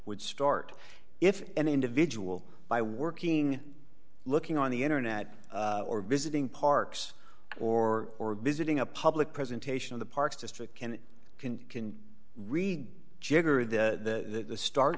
would start if an individual by working looking on the internet or visiting parks or or visiting a public presentation of the parks district can can can read jigger the start